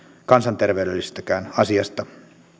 kansanterveydellisestäkään asiasta arvioidaan että